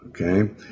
Okay